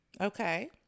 Okay